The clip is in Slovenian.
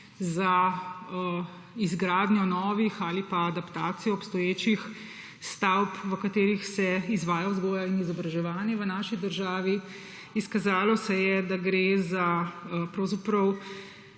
za izgradnjo novih ali pa adaptacijo obstoječih stavb, v katerih se izvaja vzgoja in izobraževanje v naši državi. Izkazalo se je, da gre za pravzaprav,